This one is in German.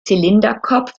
zylinderkopf